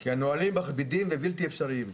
כי הנהלים מכבידים ובלתי אפשריים.